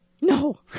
No